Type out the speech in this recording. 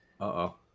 Uh-oh